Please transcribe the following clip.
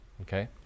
okay